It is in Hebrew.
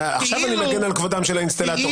עכשיו אני מגן על כבודם של האינסטלטורים.